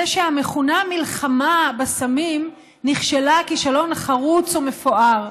שהמכונה "מלחמה בסמים" נכשלה כישלון חרוץ ומפואר,